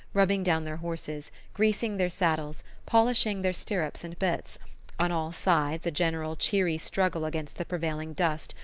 rubbing down their horses, greasing their saddles, polishing their stirrups and bits on all sides a general cheery struggle against the prevailing dust,